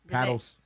Paddles